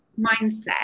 mindset